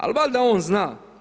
Ali valjda on zna.